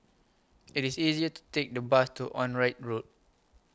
IT IS easier to Take The Bus to Onraet Road